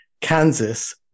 Kansas